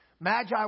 Magi